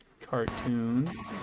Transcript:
cartoon